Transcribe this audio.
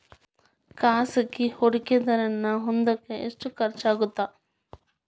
ಖಾಸಗಿ ಹೂಡಕೆದಾರನ್ನ ಹೊಂದಾಕ ಎಷ್ಟ ಖರ್ಚಾಗತ್ತ